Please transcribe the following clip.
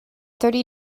thirty